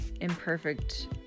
imperfect